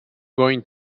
going